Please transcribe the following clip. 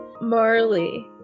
Marley